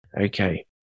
Okay